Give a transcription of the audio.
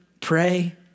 pray